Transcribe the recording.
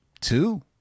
two